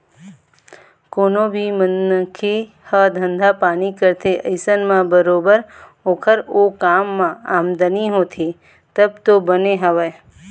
कोनो भी मनखे ह धंधा पानी करथे अइसन म बरोबर ओखर ओ काम म आमदनी होथे तब तो बने हवय